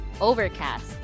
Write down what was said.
Overcast